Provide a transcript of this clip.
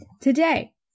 today